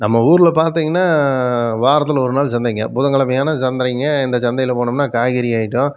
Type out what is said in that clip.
நம்ம ஊர்ல பார்த்தீங்கன்னா வாரத்தில் ஒரு நாள் சந்தைங்க புதன்கிழமையான சந்தைங்க இந்த சந்தையில் போனோம்னால் காய்கறி ஐட்டம்